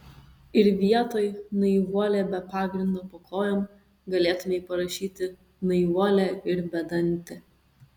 ir vietoj naivuolė be pagrindo po kojom galėtumei parašyti naivuolė ir bedantė